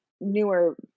newer